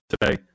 today